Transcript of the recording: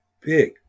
Big